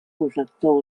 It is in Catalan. corrector